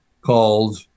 called